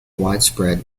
widespread